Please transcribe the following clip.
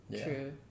true